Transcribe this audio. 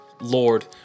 Lord